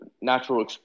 natural